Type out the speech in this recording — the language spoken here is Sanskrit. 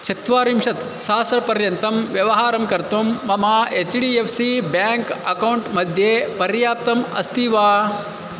चत्वारिंशत् सहस्रपर्यन्तं व्यवहारं कर्तुं ममा H D F C bank account मध्ये पर्याप्तम् अस्ति वा